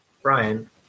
Brian